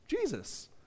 Jesus